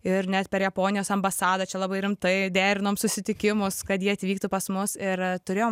ir net per japonijos ambasadą čia labai rimtai derinom susitikimus kad jie atvyktų pas mus ir turėjom